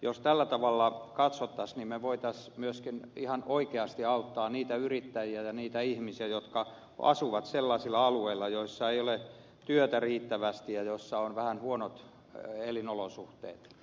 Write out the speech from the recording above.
jos tällä tavalla katsottaisiin me voisimme myös ihan oikeasti auttaa niitä yrittäjiä ja niitä ihmisiä jotka asuvat sellaisilla alueilla joilla ei ole työtä riittävästi ja joilla on vähän huonot elinolosuhteet